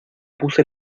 puse